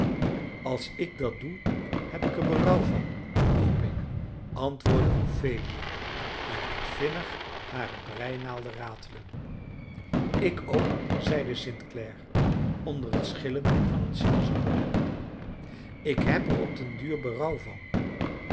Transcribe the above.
als ik dat doe heb ik er berouw van hoop ik antwoordde ophelia en liet vinnig hare breinaalden ratelen ik ook zeide st clare onder het schillen van een sinaasappel ik heb er op den duur berouw van